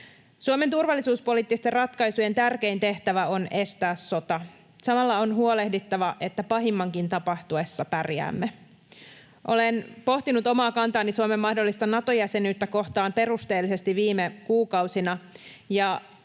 Suomen turvallisuuspoliittisten ratkaisujen tärkein tehtävä on estää sota. Samalla on huolehdittava siitä, että pahimmankin tapahtuessa pärjäämme. Olen pohtinut omaa kantaani Suomen mahdollista Nato-jäsenyyttä kohtaan perusteellisesti viime kuukausina,